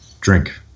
drink